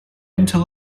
until